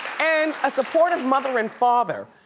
and a supportive mother and father,